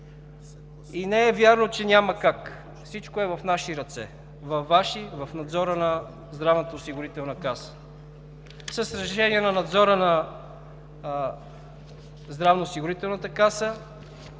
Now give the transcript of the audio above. Не е вярно, че няма как. Всичко е в наши ръце – във Ваши, в надзора на Здравната осигурителна каса. С решение на надзора на Здравноосигурителната каса